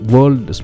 World